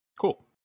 cool